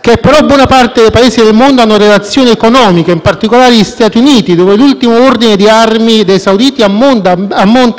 cui però buona parte dei Paesi del mondo hanno relazioni economiche, in particolari gli Stati Uniti, dove l'ultimo ordine di armi dei sauditi ammonta